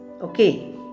Okay